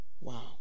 wow